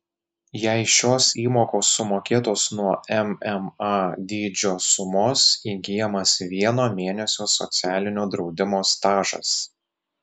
jei šios įmokos sumokėtos nuo mma dydžio sumos įgyjamas vieno mėnesio socialinio draudimo stažas